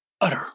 utter